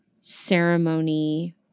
ceremony